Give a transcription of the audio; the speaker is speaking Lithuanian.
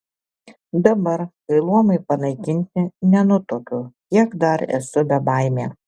dabar kai luomai panaikinti nenutuokiu kiek dar esu bebaimė